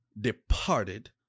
departed